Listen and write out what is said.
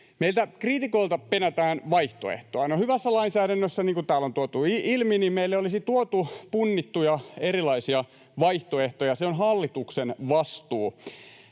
Meiltä kriitikoilta penätään vaihtoehtoa. No, hyvässä lainsäädännössä, niin kuin täällä on tuotu ilmi, meille olisi tuotu erilaisia punnittuja vaihtoehtoja, se on hallituksen vastuulla.